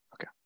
okay